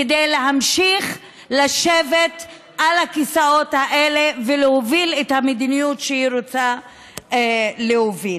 כדי להמשיך לשבת על הכיסאות האלה ולהוביל את המדיניות שהיא רוצה להוביל.